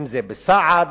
אם בסעד,